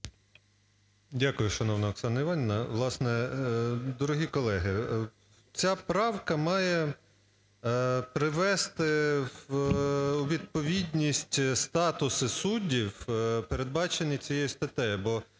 Дякую, шановна Оксана Іванівна. Власне, дорогі колеги, ця правка має привести у відповідність статуси суддів, передбачені цією статтею,